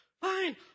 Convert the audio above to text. fine